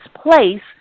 place